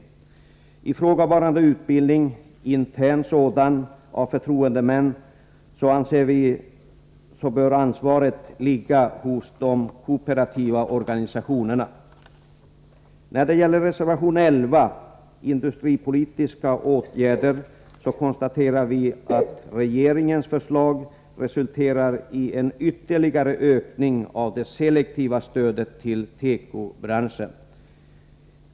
När det gäller ifrågavarande utbildning, intern sådan, av förtroendemän anser vi att ansvaret bör ligga hos de kooperativa organisationerna. När det gäller reservation 11, industripolitiska åtgärder för tekoindustrin, konstaterar vi att regeringens förslag resulterar i en ytterligare ökning av det selektiva stödet till tekobranschen.